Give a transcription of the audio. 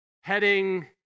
Heading